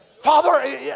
Father